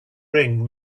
ring